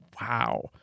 wow